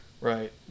Right